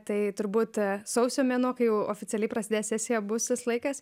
tai turbūt sausio mėnuo kai jau oficialiai prasidės sesija bus tas laikas